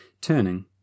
Turning